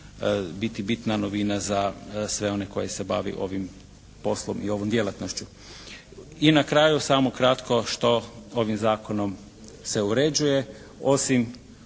biti bitna novina za sve one koji se bave ovim poslom i ovom djelatnošću. I na kraju samo kratko što ovim Zakonom se uređuje osim